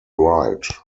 right